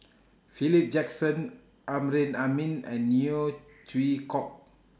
Philip Jackson Amrin Amin and Neo Chwee Kok